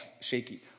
shaky